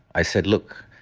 i said, look,